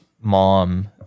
mom